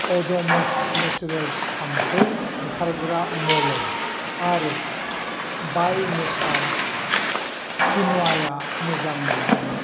अड'मस नेसुरेल्स थाम्फै होखारग्रा मलम आरो बाइ नेचार किन'आया मोजां नङामोन